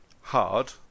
hard